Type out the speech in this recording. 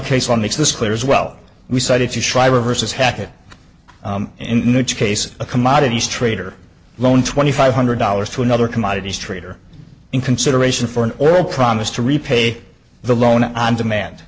case on makes this clear as well we cited schreiber versus hackett in the case of a commodities trader loan twenty five hundred dollars to another commodities trader in consideration for an oral promise to repay the loan and demand